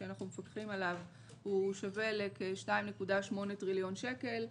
שאנחנו מפקחים עליו שווה לכ-2.8 טריליון שקל.